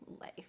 life